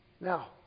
Now